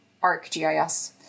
ArcGIS